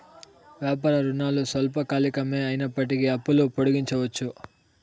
వ్యాపార రుణాలు స్వల్పకాలికమే అయినప్పటికీ అప్పులు పొడిగించవచ్చు